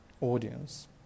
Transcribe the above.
audience